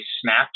snaps